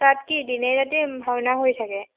তাত কি দিনে ৰাতি ভাওনা হৈ থাকে